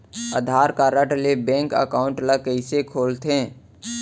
आधार card ले bank account ल कइसे खोलथे?